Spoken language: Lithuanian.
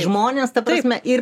žmonės ta prasme ir